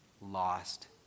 lost